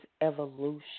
evolution